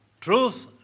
Truth